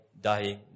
dying